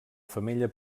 femella